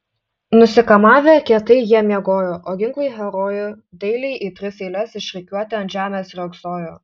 nusikamavę kietai jie miegojo o ginklai herojų dailiai į tris eiles išrikiuoti ant žemės riogsojo